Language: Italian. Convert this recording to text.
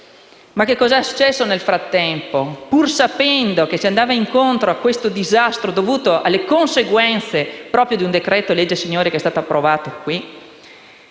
Ma cosa è successo nel frattempo? Pur sapendo che si andava incontro a questo disastro, dovuto alle conseguenze di un decreto-legge che è stato approvato qui,